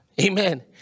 Amen